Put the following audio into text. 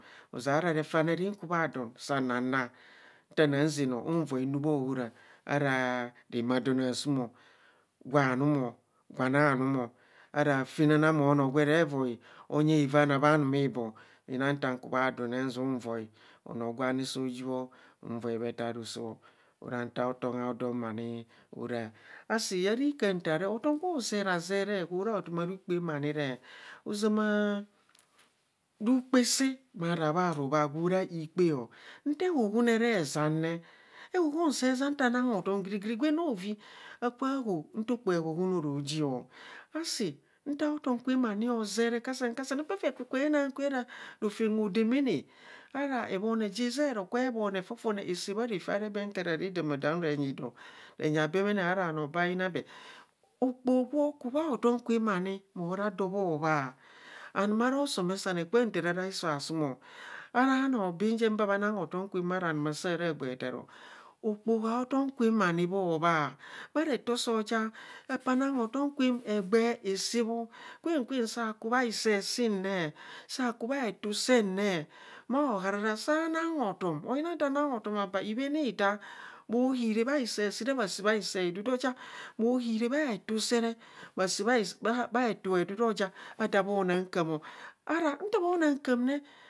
Ozeara refane re kubha don saa na naa nta na nzạa no nvai nuu bha ohara ra ramaadon asuum o. Gwa num gwan anum ara fanana ma onoo gwe revoi onyee avaana bha num ibo nyina ta ku bha don nzia onoo gwaina re soji bho nvoi bee taa roso ọ ora nta atom awom ani hora. Asi ra ika ntaa re hotom kwe hozereazeree gwo ra hotom a rukpạạ ma ni re, ozama rukpaa see ma ra bha rumaa gwo ra ikpe o nte huhun ere zaane, ehuhun see zaan, nta nang hotom giri giri gwen ne ovi, akubhr nta okpoho ehuhan oro ji o, asi nta otom kwem ma ni hozere kasen kasen epere kakumo eneng kwe ara rofan odomana ara ebhone ja zaa ero ekubho ebhone fofone esaa bha refe aree bee nta raa radaamadam re nyi doo ernyi abemene ara bhanoo bhaa bhayina bee okpoho gwo ku bha otom kwem ani mo ra do bho bhaa aram ara osomesane kwa ntaa ara isoo asuum o, ara noo baan jen baa bha nang hotom kwem ara num asaa ra gbaa taaro okpoho a otom kwem bho hobha bha bha rero soo ja apaa nang otom kwem egbee asaa bho kwen kwen saa ku bha isee siin ne, sa ku bha netu seen ne bhao harara agina nta nanv otom abaa ibhem bho hiiree bha see sii re bha saa bha see hidudu o, ya bho hiire bha hetu sere bha saa bha hetu hedudu oja ada mo nang kạạmo ara nta bho nang kaam re